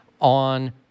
on